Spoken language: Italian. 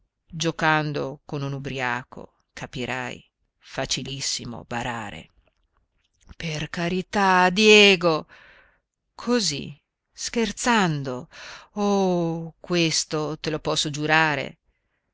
giocando con un ubriaco capirai facilissimo barare per carità diego così scherzando oh questo te lo posso giurare